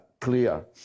clear